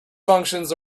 functions